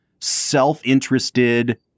self-interested